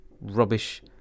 rubbish